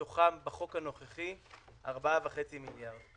מתוכם בחוק הנוכחי 4.5 מיליארד.